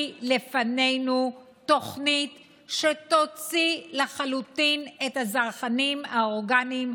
לפנינו תוכנית שתוציא לחלוטין את הזרחנים האורגניים,